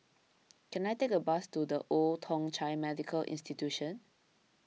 can I take a bus to the Old Thong Chai Medical Institution